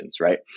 right